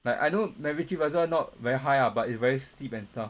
like I know macritchie reservoir not very high up but it's very steep and stuff